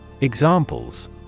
Examples